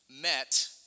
met